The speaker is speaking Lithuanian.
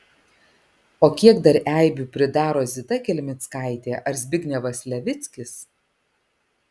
o kiek dar eibių pridaro zita kelmickaitė ar zbignevas levickis